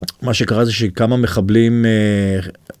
מה שקרה זה שכמה מחבלים.